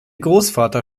großvater